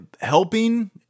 helping